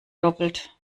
doppelt